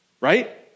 Right